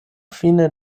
fine